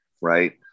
right